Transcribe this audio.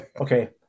Okay